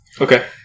Okay